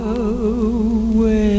away